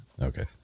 okay